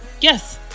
yes